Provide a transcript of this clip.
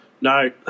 no